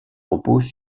repose